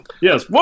Yes